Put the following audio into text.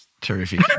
Terrific